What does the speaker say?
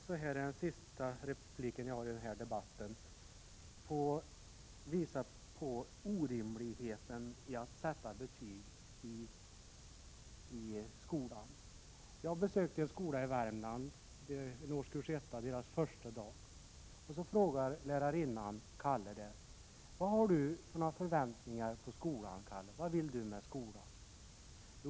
Låt mig i min sista replik i denna debatt få visa på orimligheten i att sätta betyg i skolan. Jag besökte en skola i Värmland, årskurs 1, elevernas första dag i skolan. Läraren frågade Kalle vad han hade för förväntningar på skolan. Vad vill du med skolan?